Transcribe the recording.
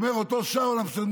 אומר אותו אמסטרדמסקי,